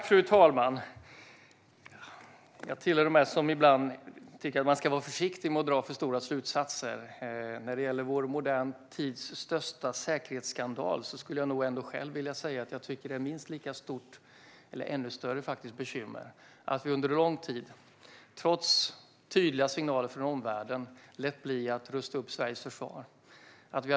Fru talman! Jag tillhör dem som ibland tycker att man ska vara försiktig med att dra för stora slutsatser. När det gäller modern tids största säkerhetsskandal tycker jag själv att det är ett minst lika stort, eller ännu större, bekymmer att vi under lång tid, trots tydliga signaler från omvärlden, lät bli att rusta upp Sveriges försvar.